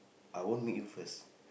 I won't meet you first